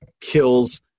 Kills